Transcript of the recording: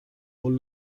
قول